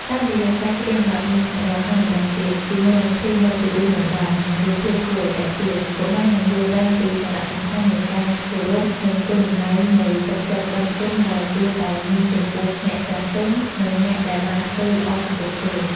តាមរយៈការច្រៀងបទនេះម្តងហើយម្តងទៀត ជាមួយនឹងភ្លេងដ៏ពិរោះរណ្ដំ និងរូបភាពគួរឲ្យទាក់ទាញ កុមារនឹងយល់ដឹងពីសារៈសំខាន់នៃការគោរព និងគុណតម្លៃនៃទឹកចិត្តដឹងគុណដែលគួរតែមានចំពោះអ្នកចាស់ទុំ និងអ្នកដែលបានធ្វើល្អចំពោះខ្លួន។